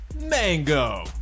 Mango